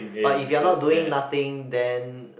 but if you are not doing nothing then